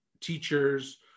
teachers